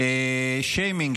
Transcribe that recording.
שיימינג,